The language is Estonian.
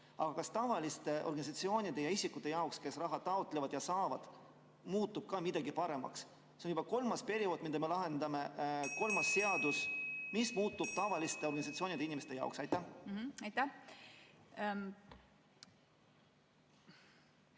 Aga kas tavaliste organisatsioonide ja isikute jaoks, kes raha taotlevad ja saavad, muutub midagi paremaks? See on juba kolmas periood, kolmas seadus. Mis muutub tavaliste organisatsioonide, inimeste jaoks? Aitäh!